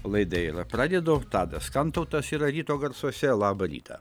laidą ir pradedu tadas kantautas yra ryto garsuose labą rytą